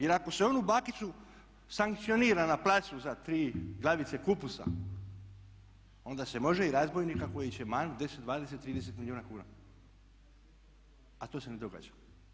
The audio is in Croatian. Jer ako se onu bakicu sankcionira na placu za tri glavice kupusa, onda se može i razbojnika koji će manut 10, 20, 30 milijuna kuna, a to se ne događa.